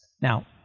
Now